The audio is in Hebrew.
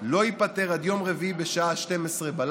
לא ייפתר עד יום רביעי בשעה 24:00,